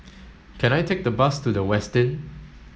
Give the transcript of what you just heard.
can I take the bus to The Westin